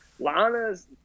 Lana's